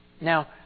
Now